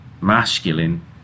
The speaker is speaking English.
Masculine